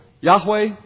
Yahweh